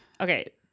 okay